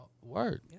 word